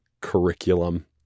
curriculum